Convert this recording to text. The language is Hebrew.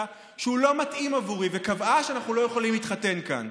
שהוא לא מתאים בעבורי וקבעה שאנחנו לא יכולים להתחתן כאן.